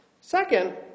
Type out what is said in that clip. Second